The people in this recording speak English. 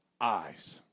eyes